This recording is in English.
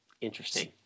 Interesting